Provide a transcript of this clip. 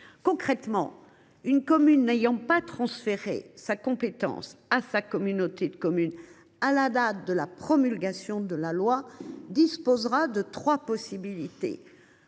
Concrètement, une commune n’ayant pas transféré cette compétence à sa communauté de communes à la date de la promulgation de cette loi disposera de trois possibilités